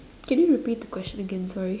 can you repeat the question again sorry